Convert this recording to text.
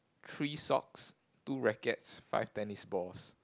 three socks two rackets five tennis balls